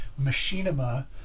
machinima